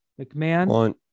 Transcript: McMahon